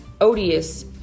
odious